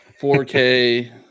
4K